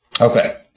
Okay